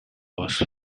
was